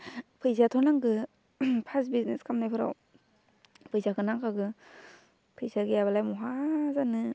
फैसायाथ' नांगौ first business खालामनायफ्राव फैसाखौ नांखागौ फैसा गैयाबालाय बहा जानो